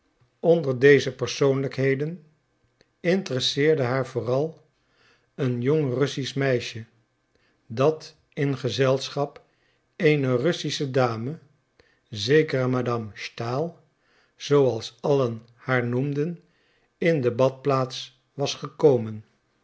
onder deze persoonlijkheden interresseerde haar vooral een jong russisch meisje dat in gezelschap eener russische dame zekere madame stahl zooals allen haar noemden in de badplaats was gekomen